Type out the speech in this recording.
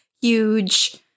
huge